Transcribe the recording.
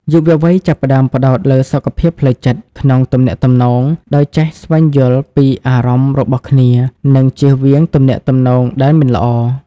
យុវវ័យចាប់ផ្ដើមផ្ដោតលើ «សុខភាពផ្លូវចិត្ត» ក្នុងទំនាក់ទំនង ដោយចេះស្វែងយល់ពីអារម្មណ៍របស់គ្នា និងចៀសវាងទំនាក់ទំនងដែលមិនល្អ។